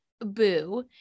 boo